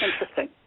Interesting